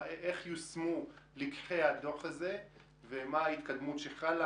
איך יושמו לקחי הדוח הזה ומה ההתקדמות שחלה?